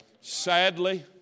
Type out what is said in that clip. Sadly